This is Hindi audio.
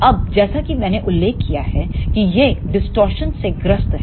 अब जैसा कि मैंने उल्लेख किया है कि ये एम्पलीफायरोंडिस्टॉर्शन से ग्रस्त हैं